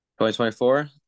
2024